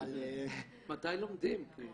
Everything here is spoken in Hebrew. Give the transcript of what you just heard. מתי לומדים?